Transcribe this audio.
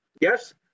Yes